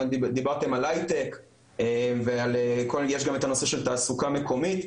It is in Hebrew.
דיברתם על הייטק ויש גם את הנושא של תעסוקה מקומית,